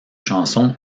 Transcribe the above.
chansons